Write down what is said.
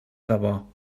debò